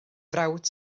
frawd